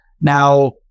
now